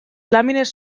làmines